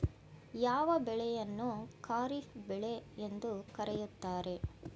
ಯಾವ ಬೆಳೆಯನ್ನು ಖಾರಿಫ್ ಬೆಳೆ ಎಂದು ಕರೆಯುತ್ತಾರೆ?